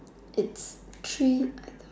it's three